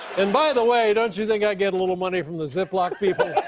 and by the way, don't you think i get a little money from the ziploc people?